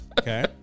Okay